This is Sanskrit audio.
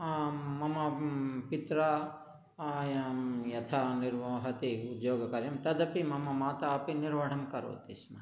ममा पित्रा आयं यथा निर्वाहति उद्योगकार्यं तदपि मम माता अपि निर्वहणं करोति स्म